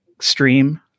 stream